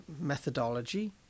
methodology